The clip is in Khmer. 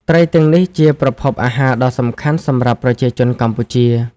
ត្រីទាំងនេះជាប្រភពអាហារដ៏សំខាន់សម្រាប់ប្រជាជនកម្ពុជា។